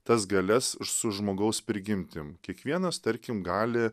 tas galias su žmogaus prigimtim kiekvienas tarkim gali